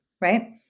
right